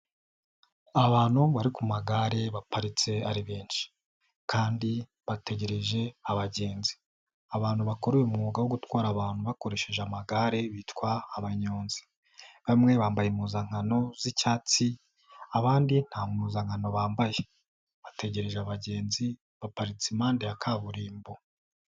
Abantu bari ku magare baparitse ari benshi, kandi bategereje abagenzi. Abantu bakora uyu mwuga wo gutwara abantu bakoresheje amagare bitwa, abanyonzi. Bamwe bambaye impuzankano z'icyatsi, abandi nta mpuzankano bambaye. Bategereje abagenzi, baparitse impande ya kaburimbo.